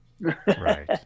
Right